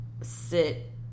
sit